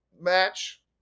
match